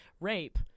rape